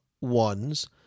ones